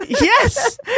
Yes